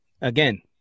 again